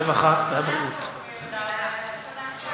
הרווחה והבריאות נתקבלה.